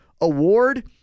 award